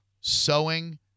sewing